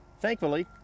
Thankfully